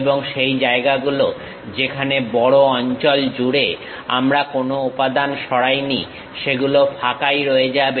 এবং সেই জায়গাগুলো যেখানে বড় অঞ্চলজুড়ে আমরা কোন উপাদান সরাইনি সেগুলো ফাঁকাই রয়ে যাবে